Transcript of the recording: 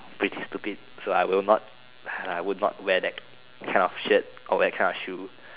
pretty stupid so I will not I will not wear that kind of shirt or wear that kind of shoe